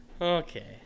Okay